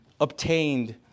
obtained